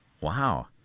Wow